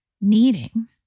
needing